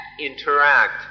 interact